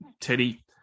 Teddy